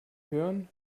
hören